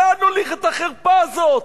לאן נוליך את החרפה הזאת?